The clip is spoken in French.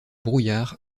brouillard